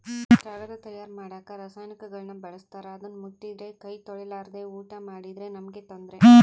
ಕಾಗದ ತಯಾರ ಮಾಡಕ ರಾಸಾಯನಿಕಗುಳ್ನ ಬಳಸ್ತಾರ ಅದನ್ನ ಮುಟ್ಟಿದ್ರೆ ಕೈ ತೊಳೆರ್ಲಾದೆ ಊಟ ಮಾಡಿದ್ರೆ ನಮ್ಗೆ ತೊಂದ್ರೆ